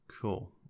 Cool